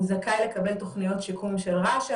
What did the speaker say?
הוא זכאי לקבל תוכניות שיקום של רש"א,